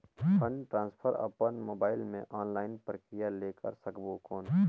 Fund transfer अपन mobile मे online प्रक्रिया ले कर सकबो कौन?